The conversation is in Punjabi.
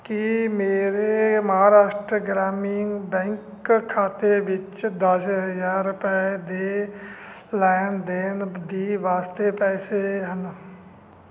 ਕੀ ਮੇਰੇ ਮਹਾਰਾਸ਼ਟਰ ਗ੍ਰਾਮੀਣ ਬੈਂਕ ਖਾਤੇ ਵਿੱਚ ਦਸ ਹਜ਼ਾਰ ਰੁਪਏ ਦੇ ਲੈਣ ਦੇਣ ਦੀ ਵਾਸਤੇ ਪੈਸੇ ਹਨ